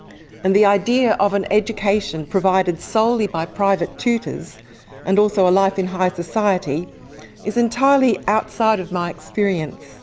and the idea of an education provided solely by private tutors and also a life in high society is entirely outside of my experience.